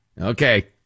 Okay